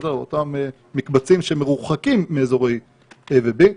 באותם מקבצים שמרוחקים מאזורי A ו-B.